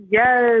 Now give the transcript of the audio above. Yes